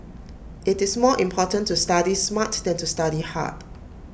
IT is more important to study smart than to study hard